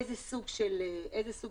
איזה סוג של תאונות?